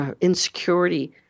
insecurity